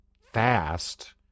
fast